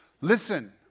Listen